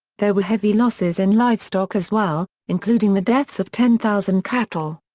there were heavy losses in livestock as well, including the deaths of ten thousand cattle.